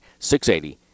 680